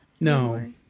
No